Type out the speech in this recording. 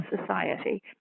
society